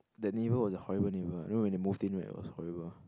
that neighbour was a horrible neighbour you know when they moved in right it was horrible